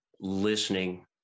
listening